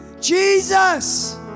Jesus